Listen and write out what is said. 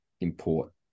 import